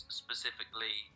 specifically